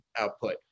output